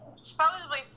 supposedly